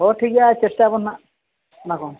ᱦᱳᱭ ᱴᱷᱤᱠ ᱜᱮᱭᱟ ᱪᱮᱴᱟᱭᱟᱵᱚᱱ ᱱᱟᱦᱟᱜ ᱚᱱᱟ ᱠᱚ